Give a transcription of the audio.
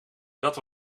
dat